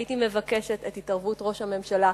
הייתי מבקשת את התערבות ראש הממשלה,